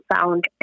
found